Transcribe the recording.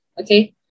okay